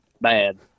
bad